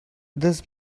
this